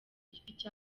giti